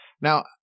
Now